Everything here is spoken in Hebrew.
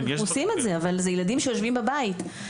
אבל אלה ילדים שיושבים בבית,